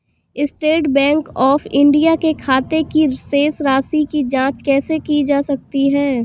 State Bank of India के खाते की शेष राशि की जॉंच कैसे की जा सकती है?